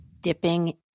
dipping